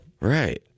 Right